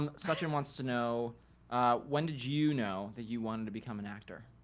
um sachin wants to know when did you know that you wanted to become an actor?